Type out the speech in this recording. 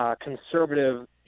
conservative